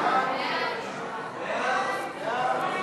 ההצעה להעביר